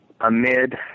amid